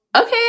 Okay